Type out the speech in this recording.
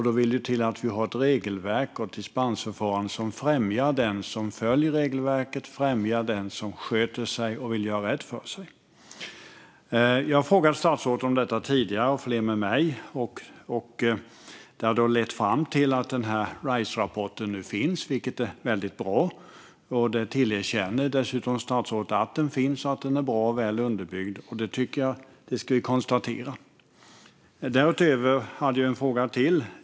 Då vill det till att vi har ett regelverk och ett dispensförfarande som främjar den som följer regelverket och den som sköter sig och vill göra rätt för sig. Jag, och flera med mig, har frågat statsrådet om detta tidigare. Det har lett fram till att Riserapporten nu finns, vilket är väldigt bra. Statsrådet erkänner dessutom att den finns och är bra och väl underbyggd. Det tycker jag att vi ska konstatera. Därutöver hade jag en fråga till.